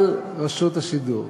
על רשות השידור.